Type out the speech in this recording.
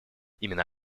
именно